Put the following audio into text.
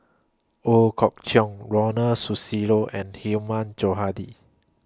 Ooi Kok Chuen Ronald Susilo and Hilmi Johandi